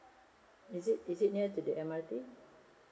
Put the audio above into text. is it is it near to the M_R_T